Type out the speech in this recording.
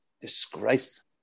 disgrace